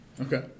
Okay